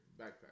backpack